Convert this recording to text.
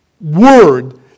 word